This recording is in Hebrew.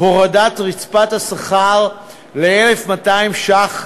הורדת רצפת השכר ל-1,200 ש"ח